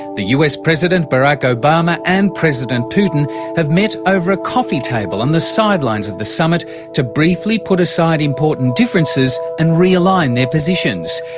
the us president barack obama and president putin have met over a coffee table on the sidelines of the summit to briefly put aside important differences and realign their positions.